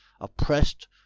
oppressed